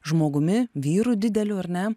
žmogumi vyru dideliu ar ne